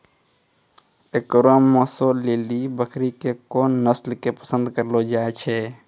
एकरो मांसो लेली बकरी के कोन नस्लो के पसंद करलो जाय छै?